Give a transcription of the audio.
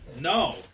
No